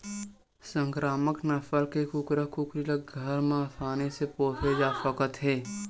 संकरामक नसल के कुकरा कुकरी ल घर म असानी ले पोसे जा सकत हे